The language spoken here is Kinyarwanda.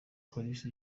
kalisa